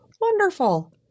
Wonderful